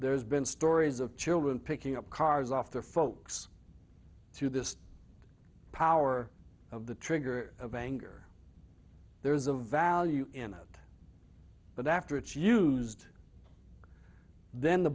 there's been stories of children picking up cars off their folks through the power of the trigger of anger there is a value in it but after it's used then the